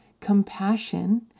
compassion